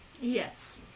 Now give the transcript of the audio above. Yes